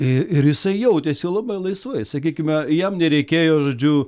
ir ir jisai jautėsi labai laisvai sakykime jam nereikėjo žodžiu